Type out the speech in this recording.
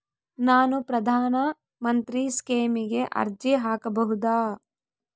ನಾನು ಪ್ರಧಾನ ಮಂತ್ರಿ ಸ್ಕೇಮಿಗೆ ಅರ್ಜಿ ಹಾಕಬಹುದಾ?